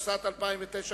התשס"ט 2009,